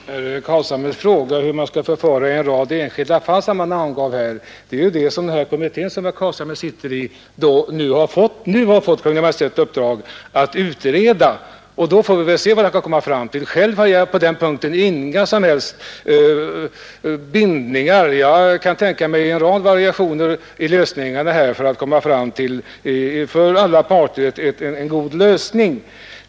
Herr talman! Herr Carlshamre frågade hur man skall förfara i en rad enskilda fall. Det är ju detta som den kommitté herr Carlshamre sitter i nu har fått Kungl. Maj:ts uppdrag att utreda. Då får vi väl se vad kommittén kan komma fram till. Själv har jag på den punkten inga som helst bindningar. Jag kan tänka mig en rad variationer för att uppnå en för alla parter god lösning.